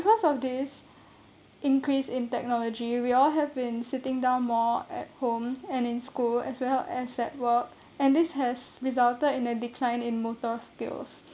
because of this increase in technology we all have been sitting down more at home and in school as well as at work and this has resulted in the decline in motor skills